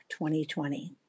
2020